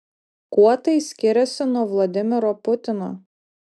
kuo tai skiriasi nuo vladimiro putino